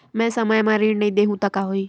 मैं समय म ऋण नहीं देहु त का होही